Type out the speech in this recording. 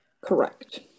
correct